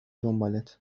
دنبالت